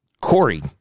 Corey